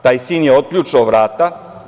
Taj sin je otključao vrata.